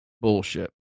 bullshit